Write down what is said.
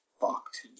fucked